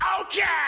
Okay